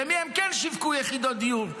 למי הם כן שיווקו יחידות דיור,